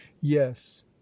yes